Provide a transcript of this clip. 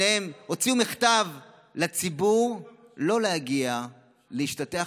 שניהם הוציאו מכתב לציבור: לא להגיע להשתטח